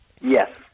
Yes